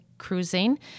cruising